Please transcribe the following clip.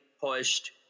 pushed